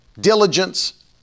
diligence